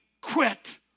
quit